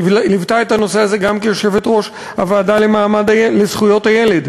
שליוותה את הנושא הזה גם כיושבת-ראש הוועדה לזכויות הילד.